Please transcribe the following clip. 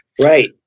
Right